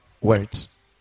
words